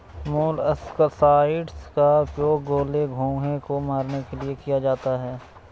molluscicides का उपयोग गोले, घोंघे को मारने के लिए किया जाता है